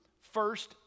first